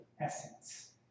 essence